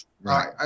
Right